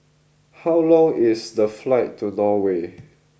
how long is the flight to Norway